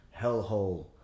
hellhole